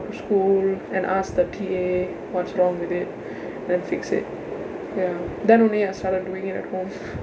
school and ask the T_A what's wrong with it then fix it ya then only I started doing it at home